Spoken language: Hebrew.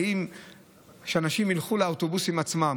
האם אנשים ילכו לאוטובוסים עצמם,